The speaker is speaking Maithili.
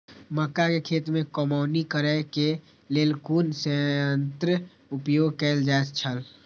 मक्का खेत में कमौनी करेय केय लेल कुन संयंत्र उपयोग कैल जाए छल?